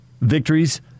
victories